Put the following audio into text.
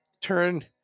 turn